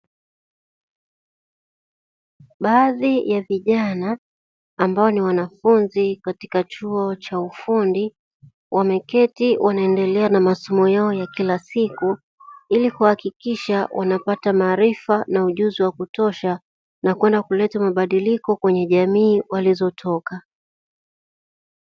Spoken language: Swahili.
Baadhi ya vijana ambao ni wanafunzi katika chuo cha ufundi wameketi wanaendelea na masomo yao ya kila siku, ili kuhakikisha wanapata maarifa na ujuzi wa kutosha na kwenda kuleta mabadiliko kwenye jamii walizotoka.